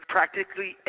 Practically